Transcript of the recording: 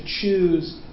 choose